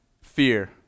fear